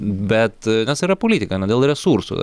bet nes yra politika na dėl resursų